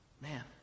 Man